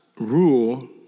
rule